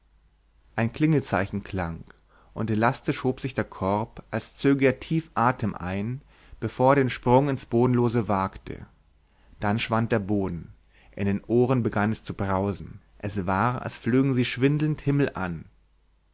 ein klingelzeichen klang und elastisch hob sich der korb als zöge er tief atem ein bevor er den sprung ins bodenlose wagte dann schwand der boden in den ohren begann es zu brausen es war als flögen sie schwindelnd himmelan